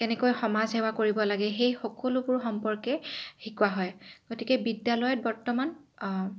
কেনেকৈ সমাজ সেৱা কৰিব লাগে সেই সকলোবোৰ সম্পৰ্কে শিকোৱা হয় গতিকে বিদ্যালয়ত বৰ্তমান